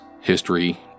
history